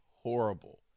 horrible